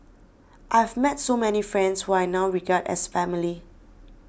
I have met so many friends who I now regard as family